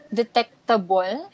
detectable